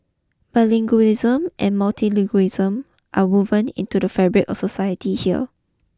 bilingualism and multilingualism are woven into the fabric or society here